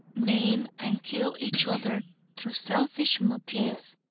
maim and kill each other through selfish motives,